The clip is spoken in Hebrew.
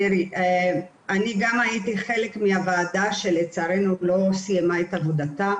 אני גם הייתי חלק מהוועדה שלצערנו לא סיימה את עבודתה,